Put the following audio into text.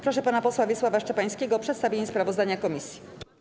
Proszę pana posła Wiesława Szczepańskiego o przedstawienie sprawozdania komisji.